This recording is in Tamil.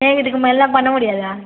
ஏன் இதுக்கு மேலேலா பண்ண முடியாதா